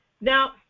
Now